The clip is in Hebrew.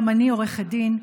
גם אני עורכת דין.